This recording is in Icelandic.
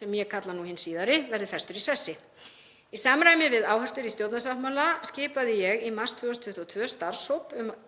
sem ég kalla nú hinn síðari, verði festur í sessi. Í samræmi við áherslur í stjórnarsáttmála skipaði ég í mars 2022 starfshóp til að